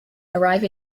arrive